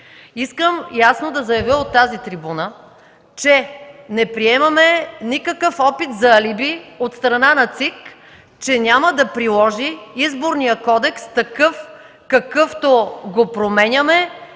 Искам ясно да заявя от тази трибуна, че не приемаме никакъв опит за алиби от страна на ЦИК, че няма да приложи Изборния кодекс, какъвто го променяме